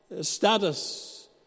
status